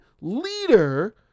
leader